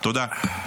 תודה.